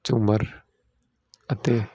ਝੂਮਰ ਅਤੇ